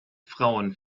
frauen